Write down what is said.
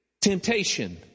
temptation